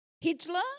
Hitler